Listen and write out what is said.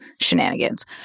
shenanigans